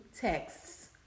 texts